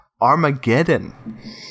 Armageddon